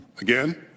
Again